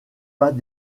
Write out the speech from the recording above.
pas